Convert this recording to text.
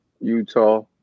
Utah